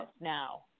now